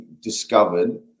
discovered